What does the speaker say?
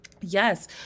yes